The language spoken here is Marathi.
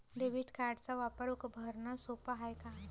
डेबिट कार्डचा वापर भरनं सोप हाय का?